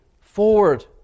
forward